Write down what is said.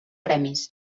premis